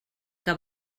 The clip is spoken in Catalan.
que